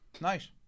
Nice